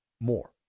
more